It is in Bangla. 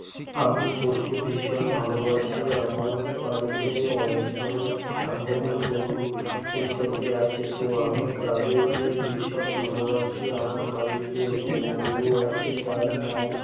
আমি পশু ভীষণ ভালোবাসি আমার বাড়িতে অনেক ধরনের ছাগল গরু ইত্যাদি আছে তো আমি তাদেরকে ভীষণ ভালোবাসি আমার বাড়িতে একটি গরু আছে তার নাম